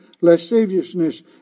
Lasciviousness